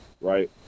right